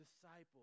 disciple